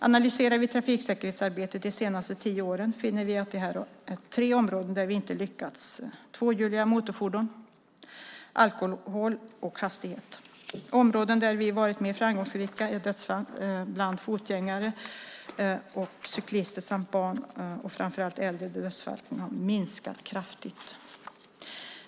Analyserar vi trafiksäkerhetsarbetet de senaste tio åren finner vi att det är tre områden där vi inte riktigt lyckats - tvåhjuliga motorfordon, alkohol och hastighet. Områden där vi varit mer framgångsrika är dödsfall bland fotgängare och cyklister samt barn och framför allt äldre, där dödsfallen har minskat kraftigt.